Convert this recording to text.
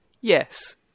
Yes